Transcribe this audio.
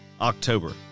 October